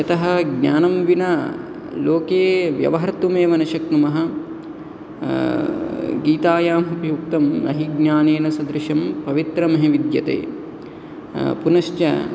यतः ज्ञानं विना लोके व्यवहर्तुमेव न शक्नुमः गीतायां अपि उक्तं नहि ज्ञानेन सदृशं पवित्रम् हि विद्यते पुनश्च